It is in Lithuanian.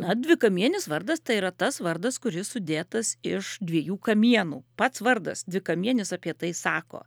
na dvikamienis vardas tai yra tas vardas kuris sudėtas iš dviejų kamienų pats vardas dvikamienis apie tai sako